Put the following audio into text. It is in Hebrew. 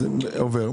זה עובר.